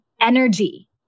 energy